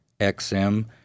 XM